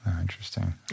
interesting